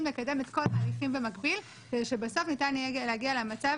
לקדם את כל התהליכים במקביל כדי שבסוף ניתן יהיה להגיע למצב